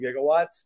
gigawatts